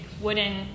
wooden